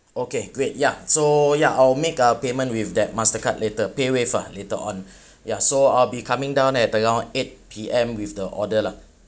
okay great ya so ya I'll make a payment with that Mastercard later pay wave ah later on ya so I'll be coming down at around eight P_M with the order lah